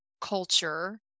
culture